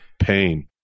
Pain